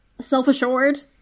self-assured